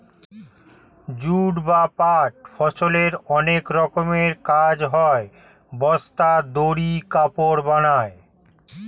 jute বা পাট ফসলের অনেক রকমের কাজ হয়, বস্তা, দড়ি, কাপড় বানায়